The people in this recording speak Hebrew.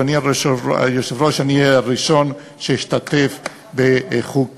אדוני היושב-ראש: אני אהיה הראשון שישתתף בחוג כזה.